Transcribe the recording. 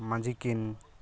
ᱢᱟᱹᱡᱷᱤᱠᱤᱱ